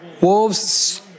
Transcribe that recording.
Wolves